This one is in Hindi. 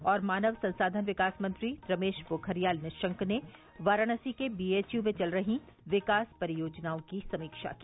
ानव संसाधन विकास मंत्री रमेश पोखरियाल निशंक ने वाराणसी के बी एच यू में चल रही विकास परियोजनाओं की समीक्षा की